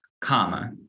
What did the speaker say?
comma